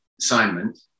assignment